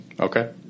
Okay